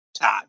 time